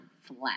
flat